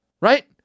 right